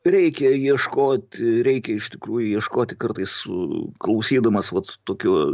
reikia ieškot reikia iš tikrųjų ieškoti kartais klausydamas vat tokių